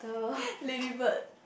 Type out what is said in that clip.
lady bird